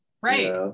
right